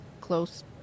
close